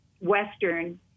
Western